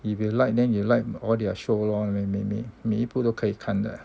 if you like then you like all their show lor 每每每一部都可以看的